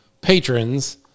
patrons